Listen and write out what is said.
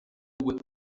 whip